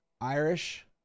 Irish